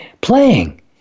playing